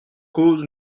cause